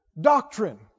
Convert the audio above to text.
doctrine